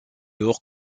lors